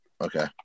okay